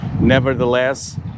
Nevertheless